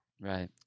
Right